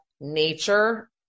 nature